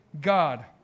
God